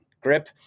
grip